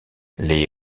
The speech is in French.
les